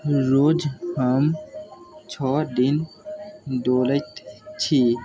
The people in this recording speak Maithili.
रोज हम छओ दिन दौड़ैत छी